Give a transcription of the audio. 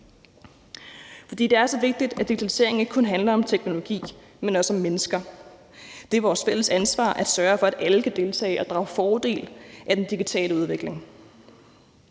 For det er så vigtigt, at digitaliseringen ikke kun handler om teknologi, men også om mennesker. Det er vores fælles ansvar at sørge for, at alle kan deltage og drage fordel af den digitale udvikling.